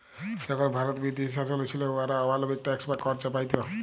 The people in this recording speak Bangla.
যখল ভারত বিদেশী শাসলে ছিল, উয়ারা অমালবিক ট্যাক্স বা কর চাপাইত